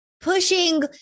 pushing